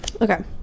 Okay